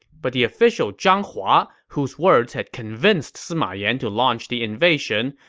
but the official zhang hua, whose words had convinced sima yan to launch the invasion,